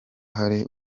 hari